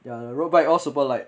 ya the road bike all super light